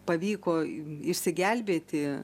pavyko išsigelbėti